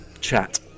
chat